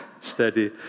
Steady